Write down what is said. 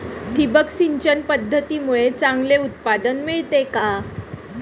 ठिबक सिंचन पद्धतीमुळे चांगले उत्पादन मिळते का?